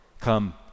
come